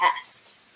test